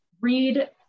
read